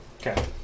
Okay